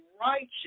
righteous